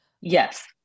Yes